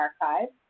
archives